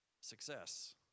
Success